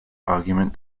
argument